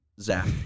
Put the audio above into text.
Zach